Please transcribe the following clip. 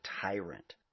tyrant